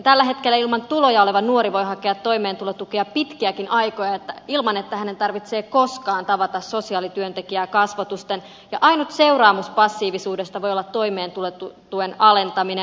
tällä hetkellä ilman tuloja oleva nuori voi hakea toimeentulotukea pitkiäkin aikoja ilman että hänen tarvitsee koskaan tavata sosiaalityöntekijää kasvotusten ja ainut seuraamus passiivisuudesta voi olla toimeentulotuen alentaminen